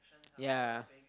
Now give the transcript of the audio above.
yea